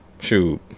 Shoot